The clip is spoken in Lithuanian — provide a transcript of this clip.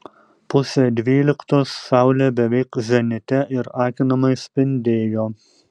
pusė dvyliktos saulė beveik zenite ir akinamai spindėjo